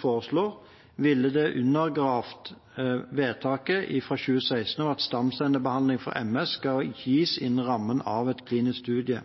foreslår, ville det undergrave vedtaket fra 2016 om at stamcellebehandling for MS skal gis innen rammen av en klinisk studie.